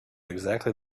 exactly